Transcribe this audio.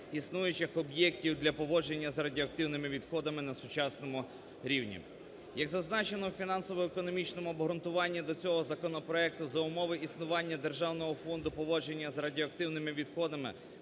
існуючих об'єктів для поводження з радіоактивними відходами на сучасному рівні. Як зазначено в фінансово-економічному обґрунтуванні до цього законопроекту, за умови існування Державного фонду поводження з радіоактивними відходами